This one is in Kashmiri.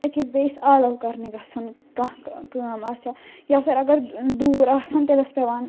أکِس بیٚیِس آلَو کَرنہٕ گَژھُن کانٛہہ کٲم آسہِ ہا یا پھر اگر دوٗر آسہِ ہان تیٚلہِ اوس پیٚوان